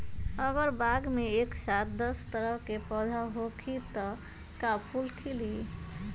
अगर बाग मे एक साथ दस तरह के पौधा होखि त का फुल खिली?